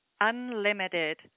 unlimited